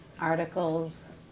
articles